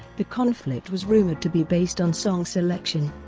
the conflict was rumored to be based on song selection.